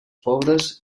pobres